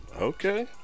Okay